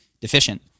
deficient